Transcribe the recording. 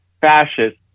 fascist